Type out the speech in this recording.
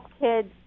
kids